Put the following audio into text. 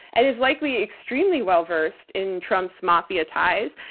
and is likely extremely well-versed in trump's mafia ties.